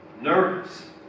nervous